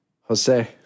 Jose